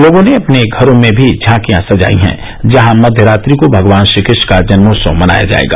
लोगों ने अपने घरों में भी झांकियां सजायी हैं जहां मध्य रात्रि को भगवान श्रीकृष्ण का जन्मोत्सव मनाया जायेगा